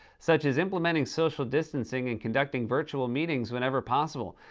such as, implementing social distancing and conducting virtual meetings whenever possible,